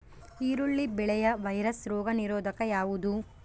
ಈರುಳ್ಳಿ ಬೆಳೆಯ ವೈರಸ್ ರೋಗ ನಿರೋಧಕ ಯಾವುದು?